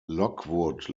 lockwood